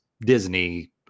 Disney